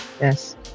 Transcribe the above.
Yes